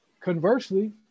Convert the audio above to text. conversely